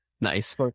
Nice